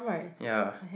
yeah